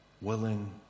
willing